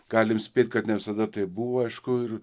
galime spėti kad ne visada tai buvo aišku ir